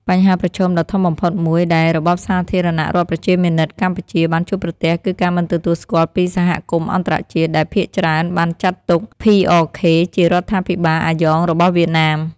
បញ្ហាប្រឈមដ៏ធំបំផុតមួយ ដែលរបបសាធារណរដ្ឋប្រជាមានិតកម្ពុជា បានជួបប្រទះគឺការមិនទទួលស្គាល់ពីសហគមន៍អន្តរជាតិ ដែលភាគច្រើនបានចាត់ទុក PRK ជារដ្ឋាភិបាលអាយ៉ងរបស់វៀតណាម។